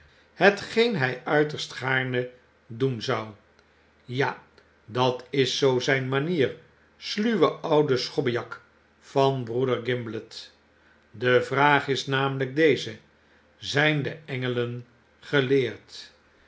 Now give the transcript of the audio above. hetgeen hij uiterst gaarne doen zou ja dat is zoo zyn manierl sluwe oude schobbejak van broeder gimblet de vraag is namelyk deze zyn deengelen geleerd